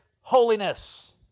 holiness